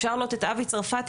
אפשר לראות את אבי צרפתי,